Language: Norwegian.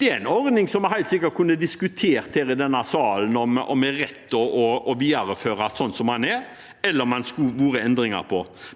Det er en ordning som vi helt sikkert kunne diskutert i denne salen, om det er rett å videreføre den sånn som den er, eller om det skulle vært endringer.